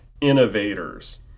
innovators